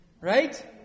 Right